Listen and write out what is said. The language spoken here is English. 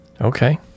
Okay